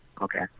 Okay